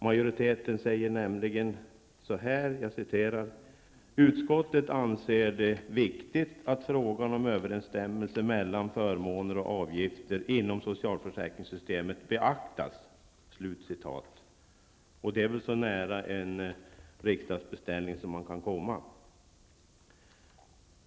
Majoriteten säger nämligen: ''Utskottet anser det viktigt att frågor om överensstämmelse mellan förmåner och avgifter inom socialförsäkringssystemet beaktas.'' Det är väl så nära en riksdagsbeställning man kan komma.